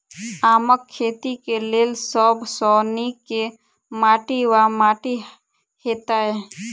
आमक खेती केँ लेल सब सऽ नीक केँ माटि वा माटि हेतै?